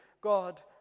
God